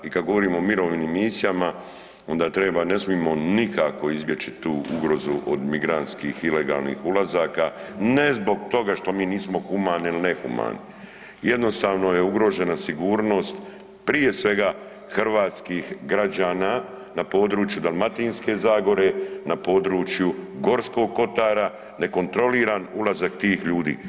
I kada govorimo o mirovnim misijama onda ne smijemo nikako izbjeći tu ugrozu od migrantskih ilegalnih ulazaka, ne zbog toga što mi nismo humani ili nehumani, jednostavno je ugrožena sigurnost prije svega hrvatskih građana na području Dalmatinske zagore, na području Gorskog kotara, nekontroliran ulazak tih ljudi.